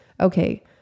okay